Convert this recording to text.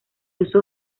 uso